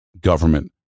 government